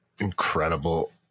Incredible